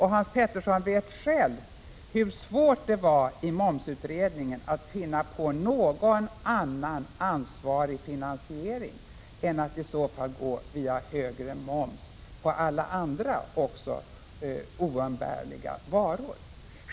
Hans Petersson vet själv hur svårt det var i momsutredningen att finna på någon annan ansvarig finansiering än högre moms på alla andra, också oumbärliga, varor.